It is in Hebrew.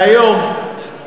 משהו לא בסדר עם הדברים האלה?